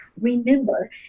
remember